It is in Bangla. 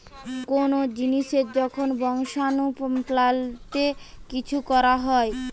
কোন জিনিসের যখন বংশাণু পাল্টে কিছু করা হয়